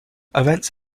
events